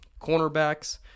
Cornerbacks